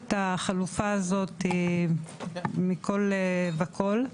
החלופה הזאת מכל וכל,